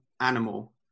Animal